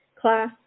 class